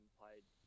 played